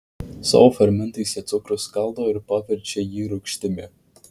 savo fermentais jie cukrų skaldo ir paverčia jį rūgštimi